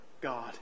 God